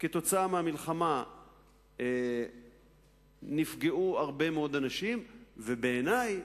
כתוצאה מהמלחמה נפגעו הרבה מאוד אנשים, ובעיני,